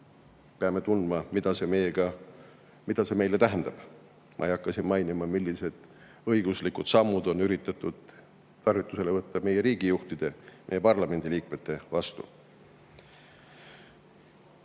peame tundma, mida see meile tähendab. Ma ei hakka siin mainima, milliseid õiguslikke samme on üritatud tarvitusele võtta meie riigijuhtide, meie parlamendiliikmete vastu.